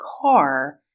car